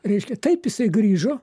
reiškia taip jisai grįžo